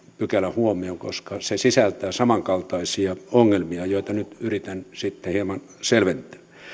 pykälä huomioon koska se sisältää samankaltaisia ongelmia joita nyt yritän sitten hieman selventää